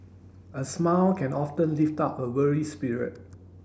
a smile can often lift up a weary spirit